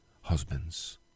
husbands